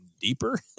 deeper